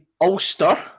Ulster